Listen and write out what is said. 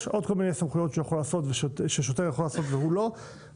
יש עוד כל מיני סמכויות ששוטר יכול לעשות והוא לא,